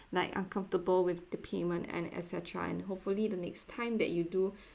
like uncomfortable with the payment and etcetera and hopefully the next time that you do